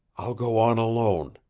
i'll go on alone,